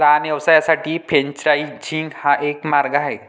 लहान व्यवसायांसाठी फ्रेंचायझिंग हा एक मार्ग आहे